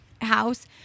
house